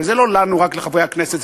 ו"לנו" זה לא רק לחברי הכנסת,